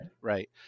Right